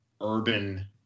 Urban